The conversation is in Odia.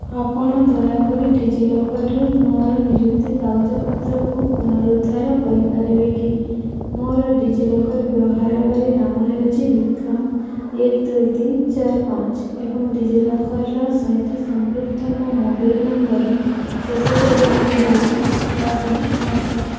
ଆପଣ ଦୟାକରି ଡିଜିଲକର୍ରୁ ମୋର ନିଯୁକ୍ତି କାଗଜପତ୍ରକୁ ପୁନରୁଦ୍ଧାର କରିପାରିବେ କି ମୋର ଡିଜିଲକର୍ ବ୍ୟବହାରକାରୀ ନାମ ହେଉଛି ବିକ୍ରମ ଏକେ ଦୁଇ ତିନି ଚାରି ପାଞ୍ଚ ଏବଂ ଡିଜିଲକର୍ ସହିତ ସଂଯୁକ୍ତ ମୋ ମୋବାଇଲ୍ ନମ୍ବର୍ର ଶେଷ ଚାରି ଅଙ୍କ ହେଉଛି ସାତ ନଅ ଆଠ ସାତ